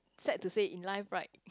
sad to say in life right